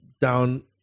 down